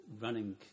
running